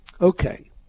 Okay